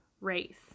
race